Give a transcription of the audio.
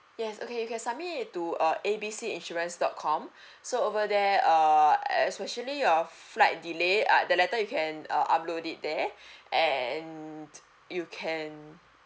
yes okay you can submit it to uh A B C insurance dot com so over there err especially your flight delay uh the letter you can uh upload it there and you can